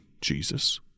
Jesus